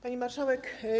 Pani Marszałek!